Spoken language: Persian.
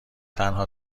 تنها